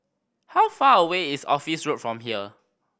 how far away is Office Road from here